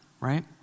right